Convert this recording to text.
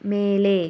மேலே